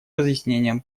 разъяснением